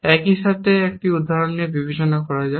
একই সাথে একটি উদাহরণও বিবেচনা করা যাক